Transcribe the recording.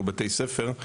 הוא בתי הספר,